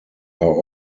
are